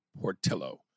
Portillo